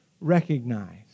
recognize